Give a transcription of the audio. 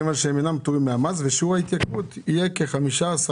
מכיוון שהם אינם פטורים מהמס ושיעור ההתייקרות שלהם יהיה כ-15%.